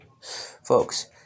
folks